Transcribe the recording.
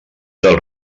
del